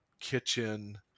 kitchen